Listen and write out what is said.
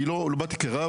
לא באתי כרב,